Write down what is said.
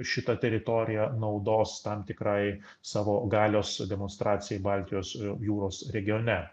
šitą teritoriją naudos tam tikrai savo galios demonstracijai baltijos jūros regione